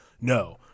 no